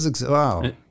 wow